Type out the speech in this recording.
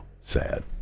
sad